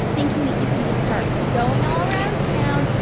thinking that you can just start going all around town,